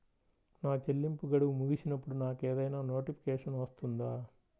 నా చెల్లింపు గడువు ముగిసినప్పుడు నాకు ఏదైనా నోటిఫికేషన్ వస్తుందా?